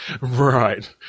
Right